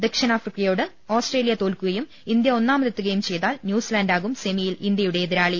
ദക്ഷി ണാഫ്രിക്കയോട് ഓസ്ട്രേലിയ തോൽക്കുകയും ഇന്ത്യ ഒന്നാമ തെത്തുകയും ചെയ്താൽ ന്യൂസിലാന്റാകും സെമിയിൽ ഇന്ത്യ യുടെ എതിരാളി